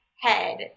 head